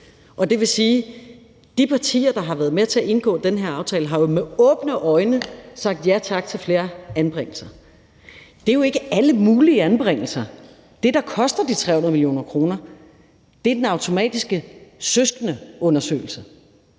Det vil sige, at de partier, der har været med til at indgå den her aftale, jo med åbne øjne har sagt ja tak til flere anbringelser. Det er jo ikke alle mulige anbringelser. Det, der koster de 300 mio. kr., er den automatiske søskendeundersøgelse.